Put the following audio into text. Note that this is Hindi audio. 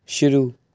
शुरू